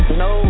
no